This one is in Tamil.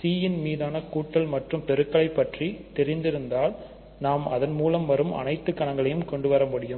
C ன் மீதான கூட்டல் மற்றும் பெருக்கலை பற்றி தெரிந்திருந்தால் நாம் அதன்மூலம் வரும் அனைத்து கணங்களையும் கொண்டு வர முடியும்